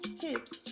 tips